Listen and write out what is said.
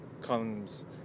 comes